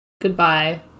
goodbye